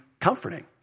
comforting